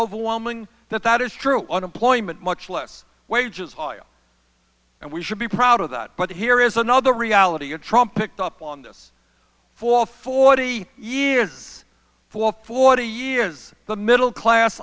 overwhelming that that is true unemployment much less wages and we should be proud of that but here is another reality you trump picked up on this for forty years for forty years the middle class